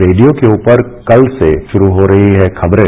radio के ऊपर कल से शुरू हो रही हैं खबरें